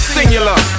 Singular